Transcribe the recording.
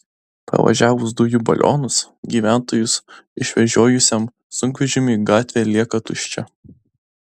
pravažiavus dujų balionus gyventojus išvežiojusiam sunkvežimiui gatvė lieka tuščia